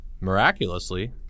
miraculously